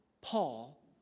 Paul